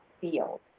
field